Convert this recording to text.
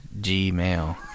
gmail